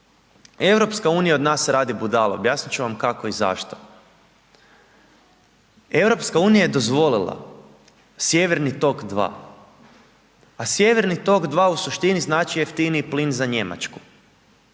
građane. EU od nas radi budale, objasnit ću vam kako i zašto. EU je dozvolila Sjeverni tok II. A Sjeverni tok II u suštini znači jeftiniji plin za Njemačku.